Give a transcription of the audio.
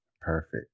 Perfect